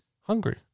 hungry